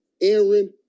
Aaron